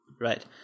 Right